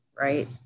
right